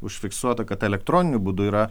užfiksuota kad elektroniniu būdu yra